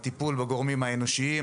הטיפול בגורמים האנושיים,